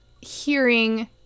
hearing